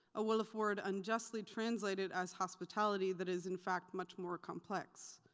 a wolof word unjustly translated as hospitality that is in fact much more complex.